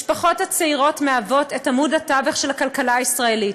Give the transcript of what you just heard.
משפחות צעירות מהוות את עמוד התווך של הכלכלה הישראלית.